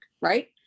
right